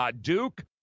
Duke